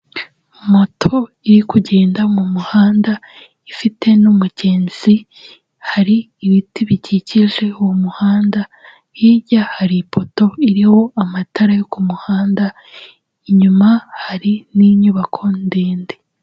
Moto iri kugenda mu muhanda ifite n'umugezi, hari ibiti bikikije uwo muhanda, hirya hari ipoto iriho amatara yo ku muhanda, inyuma hari n'inyubako ndende.